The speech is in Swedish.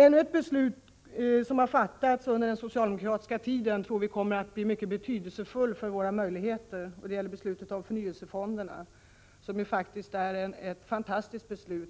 Ännu ett beslut som har fattats under den socialdemokratiska regeringens tid tror vi kommer att bli mycket betydelsefullt för våra möjligheter. Jag syftar på beslutet om förnyelsefonderna, som ju är ett fantastiskt beslut.